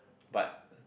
but